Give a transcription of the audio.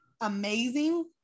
amazing